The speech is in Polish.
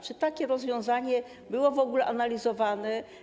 Czy takie rozwiązanie było w ogóle analizowane?